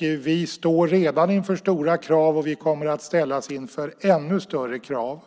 Vi står redan inför stora krav, och vi kommer att ställas inför ännu större krav.